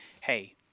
hey